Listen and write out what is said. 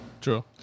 True